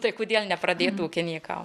tai kodėl nepradėt ūkininkaut